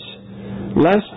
lest